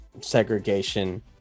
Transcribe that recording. segregation